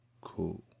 Cool